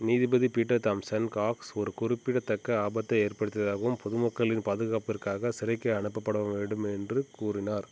நீதிபதி Peter Thomson Cox ஒரு குறிப்பிடத்தக்க ஆபத்தை ஏற்படுத்தியதாகவும் பொதுமக்களின் பாதுகாப்பிற்காக சிறைக்கு அனுப்பப்பட வேண்டும் என்றும் கூறினார்